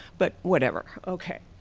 but whatever. okay.